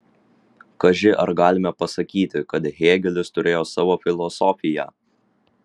kaži ar galime pasakyti kad hėgelis turėjo savo filosofiją